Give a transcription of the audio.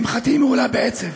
שמחתי מהולה בעצב,